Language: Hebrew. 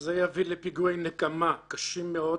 דבר שני, זה יביא לפיגועי נקמה קשים מאוד,